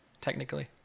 technically